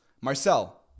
Marcel